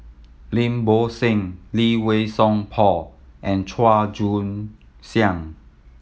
Lim Bo Seng Lee Wei Song Paul and Chua Joon Siang